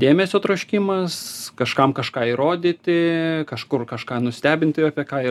dėmesio troškimas kažkam kažką įrodyti kažkur kažką nustebinti apie ką ir